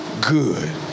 good